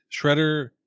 Shredder